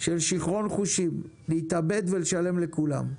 של שכרון חושים להתאבד ולשלם לכולם,